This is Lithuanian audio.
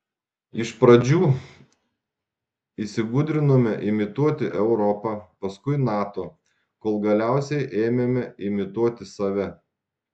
iš pradžių įsigudrinome imituoti europą paskui nato kol galiausiai ėmėme imituoti save